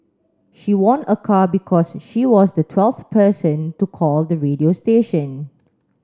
she won a car because she was the twelfth person to call the radio station